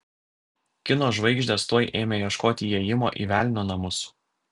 kino žvaigždės tuoj ėmė ieškoti įėjimo į velnio namus